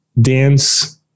dance